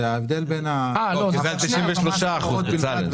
זה 93 אחוזים בצלאל.